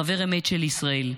חבר אמת של ישראל.